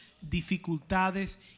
dificultades